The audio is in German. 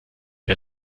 der